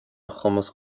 chumas